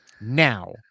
now